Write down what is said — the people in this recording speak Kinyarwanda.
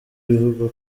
ivuga